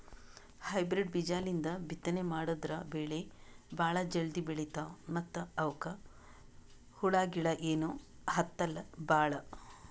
hybrid ಬೀಜಾಲಿಂದ ಬಿತ್ತನೆ ಮಾಡದ್ರ್ ಬೆಳಿ ಭಾಳ್ ಜಲ್ದಿ ಬೆಳೀತಾವ ಮತ್ತ್ ಅವಕ್ಕ್ ಹುಳಗಿಳ ಏನೂ ಹತ್ತಲ್ ಭಾಳ್